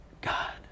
God